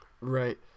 Right